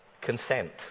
consent